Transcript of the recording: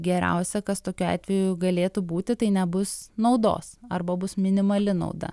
geriausia kas tokiu atveju galėtų būti tai nebus naudos arba bus minimali nauda